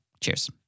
Cheers